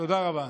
תודה רבה.